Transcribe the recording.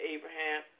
Abraham